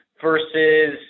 versus